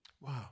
Wow